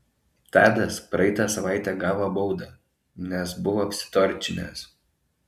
tadas praeitą savaitę gavo baudą nes buvo apsitorčinęs